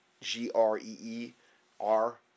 G-R-E-E-R